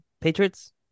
Patriots